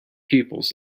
pupils